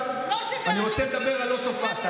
עכשיו אני רוצה לדבר על עוד תופעה,